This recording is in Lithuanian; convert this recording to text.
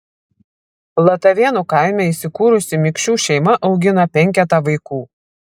latavėnų kaime įsikūrusi mikšių šeima augina penketą vaikų